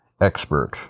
expert